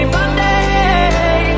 Monday